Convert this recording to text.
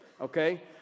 okay